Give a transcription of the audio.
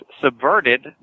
subverted